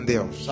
Deus